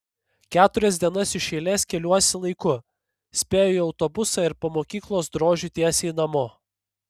keturias dienas iš eilės keliuosi laiku spėju į autobusą ir po mokyklos drožiu tiesiai namo